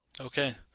Okay